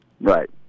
Right